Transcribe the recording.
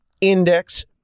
index